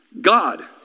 God